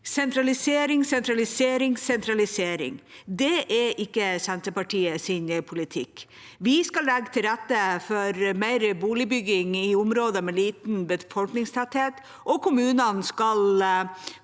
Sentralisering, sentralisering, sentralisering – det er ikke Senterpartiets politikk. Vi skal legge til rette for mer boligbygging i områder med liten befolkningstetthet, og kommunene skal